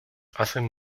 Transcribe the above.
hacen